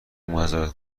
مزارت